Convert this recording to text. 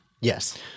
Yes